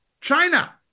China